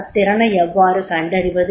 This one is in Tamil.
அத்திறனை எவ்வாறு கண்டறிவது